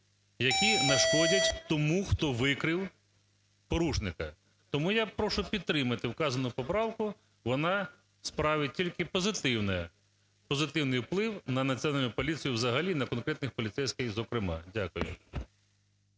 які нашкодять тому, хто викрив порушника. Тому я прошу підтримати вказану поправку, вона справить тільки позитивний вплив на Національну поліцію взагалі, і на конкретних поліцейських зокрема. Дякую.